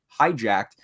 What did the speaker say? hijacked